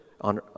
on